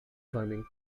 farming